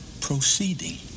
Proceeding